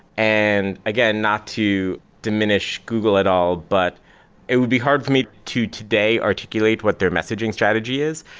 and again, not to diminish google at all, but it would be hard for me to today articulate what their messaging strategy is.